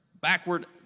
backward